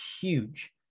huge